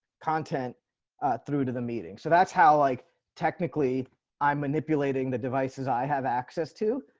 content through to the meeting. so that's how like technically i'm manipulating the devices. i have access to,